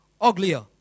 uglier